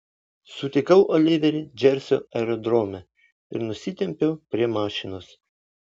sutikau oliverį džersio aerodrome ir nusitempiau prie mašinos